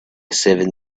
seven